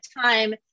time